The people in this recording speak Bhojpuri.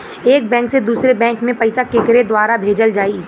एक बैंक से दूसरे बैंक मे पैसा केकरे द्वारा भेजल जाई?